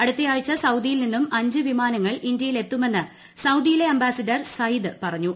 അടുത്ത ആഴ്ച സൌദിയിൽ നിന്നും അഞ്ച് വിമാനങ്ങൾ ഇന്ത്യയിൽ എത്തുമെന്ന് സൌദിയിലെ അംബാസി ഡർ സയീദ് പറഞ്ഞു